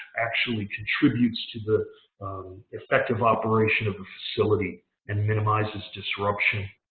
actually contributes to the effective operation of facility and minimizes disruption.